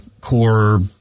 core